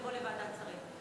ותבוא לוועדת שרים.